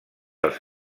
els